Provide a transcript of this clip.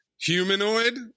Humanoid